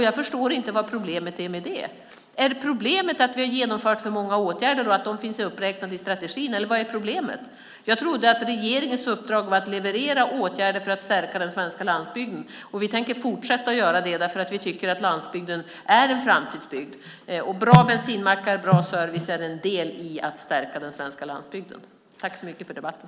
Jag förstår inte vad problemet är med det. Är problemet att vi har genomfört för många åtgärder och att de finns uppräknade i strategin, eller vad är problemet? Jag trodde att regeringens uppdrag var att leverera åtgärder för att stärka den svenska landsbygden. Vi tänker fortsätta att göra det, därför att vi tycker att landsbygden är en framtidsbygd. Bra bensinmackar och bra service är en del i att stärka den svenska landsbygden.